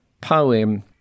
poem